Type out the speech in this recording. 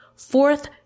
fourth